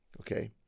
okay